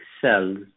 cells